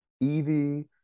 Evie